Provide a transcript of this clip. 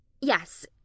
Yes